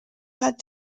had